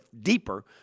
deeper